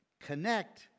Connect